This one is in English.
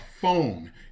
phone